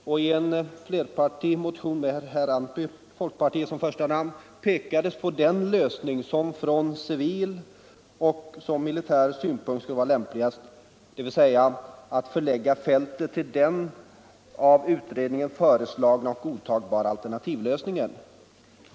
I en flerpartimotion med herr Antby från folkpartiet som första namn pekades på den lösning som från civil och militär synpunkt skulle vara lämpligast, dvs. att förlägga fältet till det av utredningen föreslagna och godtagbara alternativområdet.